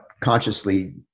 consciously